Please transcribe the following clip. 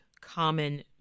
common